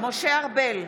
משה ארבל,